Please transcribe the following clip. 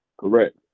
Correct